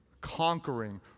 conquering